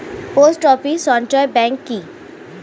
Post office সঞ্চয় bank কি?